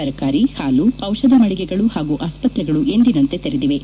ತರಕಾರಿ ಹಾಲು ದಿಷಧ ಮಳಿಗೆಗಳು ಹಾಗೂ ಆಸ್ವತ್ರೆಗಳು ಎಂದಿನಂತೆ ತೆರೆದಿವೆ